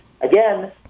Again